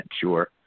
sure